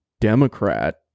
Democrat